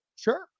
Sure